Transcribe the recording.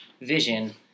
vision